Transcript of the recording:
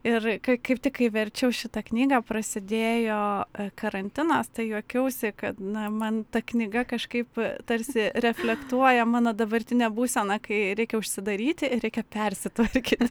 ir kai kaip tik kai verčiau šitą knygą prasidėjo karantinas tai juokiausi kad na man ta knyga kažkaip tarsi reflektuoja mano dabartinę būseną kai reikia užsidaryti reikia persitvarkyt